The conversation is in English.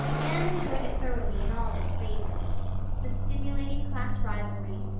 anne enjoyed it thoroughly in all its phases the stimulating class rivalry,